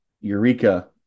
eureka